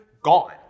gone